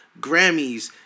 Grammys